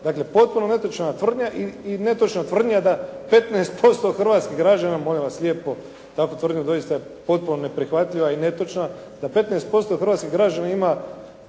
Dakle, potpuno netočna tvrdnja i netočna tvrdnja da 15% hrvatskih građana, molim vas lijepo. Takva tvrdnja doista je potpuno neprihvatljiva i netočna da 15% hrvatskih građana ima